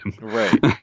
Right